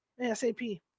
ASAP